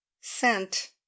scent